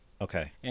Okay